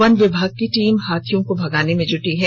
one विभाग की team हाथियों को भगाने में जुटी हुई है